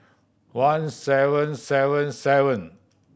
one seven seven seven